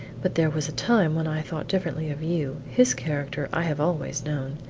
but there was a time when i thought differently of you his character i have always known.